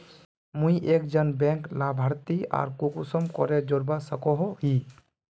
मुई एक जन बैंक लाभारती आर कुंसम करे जोड़वा सकोहो ही?